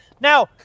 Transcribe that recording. Now